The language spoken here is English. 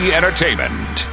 Entertainment